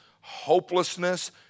hopelessness